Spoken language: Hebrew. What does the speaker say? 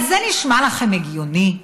אז זה נשמע לכם הגיוני?